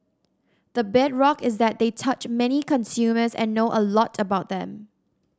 the bedrock is that they touch many consumers and know a lot about them